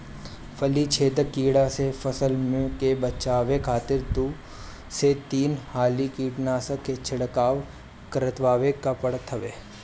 फली छेदक कीड़ा से फसल के बचावे खातिर दू से तीन हाली कीटनाशक के छिड़काव करवावे के पड़त हवे